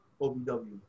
OBW